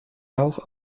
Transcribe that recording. rauch